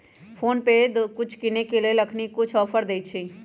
PhonePe कुछ किनेय के लेल अखनी कुछ ऑफर देँइ छइ